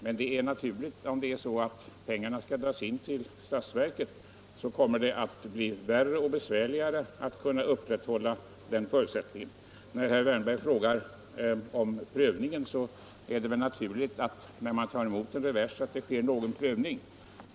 Men om pengarna skall dras in till statsverket, är det naturligt att det kommer att bli besvärligare att upprätthålla den förutsättningen. Herr Wärnberg frågar om prövningen. Det är väl naturligt, när man tar emot en revers, att det sker någon prövning.